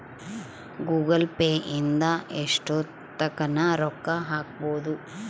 Google Pay ಇಂದ ಎಷ್ಟೋತ್ತಗನ ರೊಕ್ಕ ಹಕ್ಬೊದು